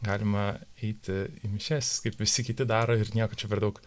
galima eiti į mišias kaip visi kiti daro ir nieko čia per daug